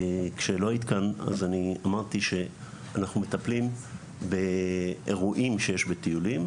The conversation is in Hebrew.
כשלא היית כאן אז אני אמרתי שאנחנו מטפלים באירועים שיש בטיולים.